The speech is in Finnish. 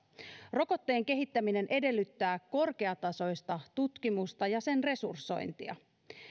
rokotteen kehittäminen edellyttää korkeatasoista tutkimusta ja sen resursointia